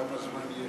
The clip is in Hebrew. כמה זמן יש